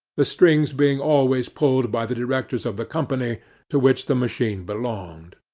the strings being always pulled by the directors of the company to which the machine belonged.